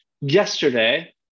Yesterday